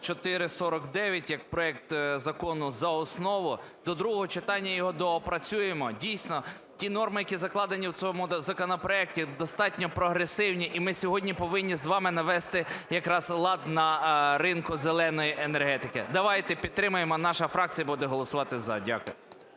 8449 як проект закону за основу, до другого читання його доопрацюємо. Дійсно, ті норми, які закладені в цьому законопроекті, достатньо прогресивні, і ми сьогодні повинні з вами навести якраз лад на ринку "зеленої" енергетики. Давайте підтримаємо. Наша фракція буде голосувати "за". Дякую.